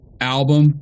album